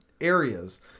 areas